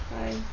Bye